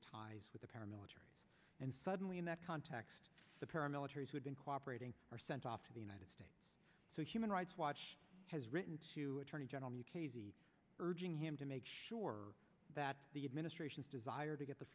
the ties with the paramilitary and suddenly in that context the paramilitaries who'd been cooperating are sent off to the united states so human rights watch has written to attorney general mukasey urging him to make sure that the administration's desire to get the